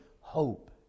hope